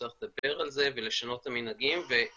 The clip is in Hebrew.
צריך לדבר על זה ולשנות את המנהגים ואחד